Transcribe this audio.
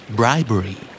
bribery